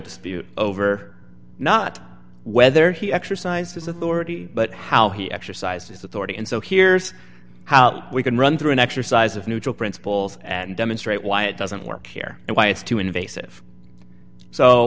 dispute over not whether he exercised his authority but how he exercised his authority and so here's how we can run through an exercise of neutral principles and demonstrate why it doesn't work here and why it's too invasive so